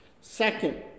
Second